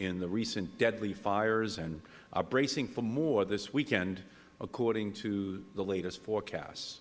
in the recent deadly fires and are bracing for more this weekend according to the latest forecasts